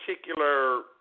particular